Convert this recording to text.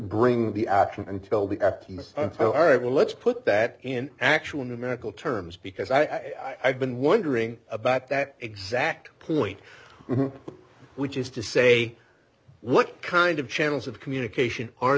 bring the action until the f b i all right well let's put that in actual numerical terms because i had been wondering about that exact point which is to say what kind of channels of communication